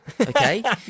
okay